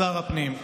לשר הפנים.